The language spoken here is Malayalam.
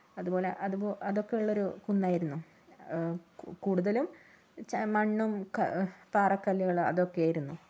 അതുപോലെ അതു അതൊക്കെ ഉള്ളൊരു കുന്നായിരുന്നു കൂടുതലും മണ്ണും പാറകല്ലുകളും അതൊക്കെ ആയിരുന്നു